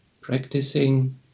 practicing